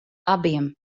abiem